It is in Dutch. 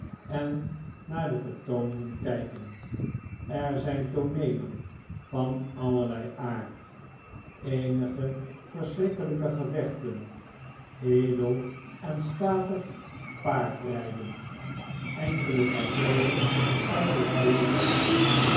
en naar de vertooningen kijken er zijn tooneelen van allerlei aard eenige verschrikkelijke gevechten edel en statig paardrijden enkele tafereelen uit het leven